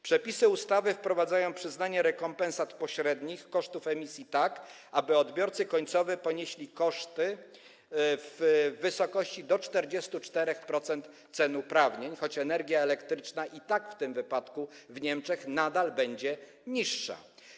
Przepisy ustawy wprowadzają przyznanie rekompensat pośrednich kosztów emisji w taki sposób, aby odbiorcy końcowi ponieśli koszty w wysokości do 44% cen uprawnień, choć energia elektryczna i tak w tym wypadku w Niemczech nadal będzie niższa.